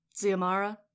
Ziamara